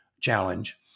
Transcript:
challenge